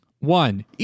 One